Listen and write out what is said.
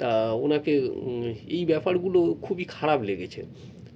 তা ওনাকে এই ব্যাপারগুলো খুবই খারাপ লেগেছে